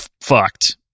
fucked